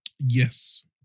Yes